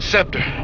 Scepter